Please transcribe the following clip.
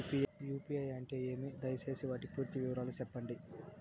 UPI అంటే ఏమి? దయసేసి వాటి పూర్తి వివరాలు సెప్పండి?